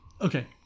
Okay